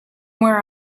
where